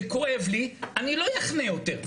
וזה כואב לי - אני לא אחנה יותר.